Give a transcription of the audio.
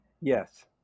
Yes